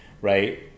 right